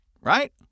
Right